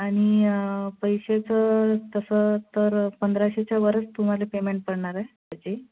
आणि पैशाचं तसं तर पंधराशेच्यावरच तुम्हाला पेमेंट पडणार आहे त्याची